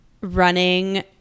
running